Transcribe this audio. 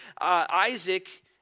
Isaac